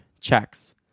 checks